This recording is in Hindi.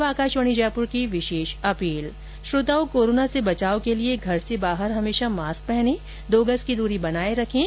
और अब आकाशवाणी जयपुर के समाचार विभाग की विशेष अपील श्रोताओं कोरोना से बचाव के लिए घर से बाहर हमेशा मास्क पहने और दो गज की दूरी बनाए रखें